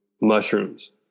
mushrooms